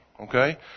okay